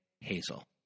Hazel